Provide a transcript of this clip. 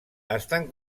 estan